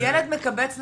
ילד מקבץ נדבות,